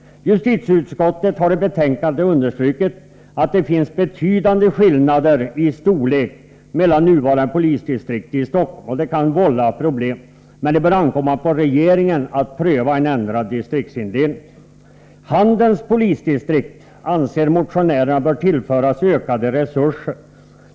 Justitieutskottet har i betänkandet understrukit att det finns betydande skillnader i storlek mellan de nuvarande polisdistrikten i Stockholm. Detta kan vålla problem, men det bör ankomma på regeringen att pröva en ändrad distriktsindelning. Handens polisdistrikt anser motionärerna bör tillföras ökade resurser.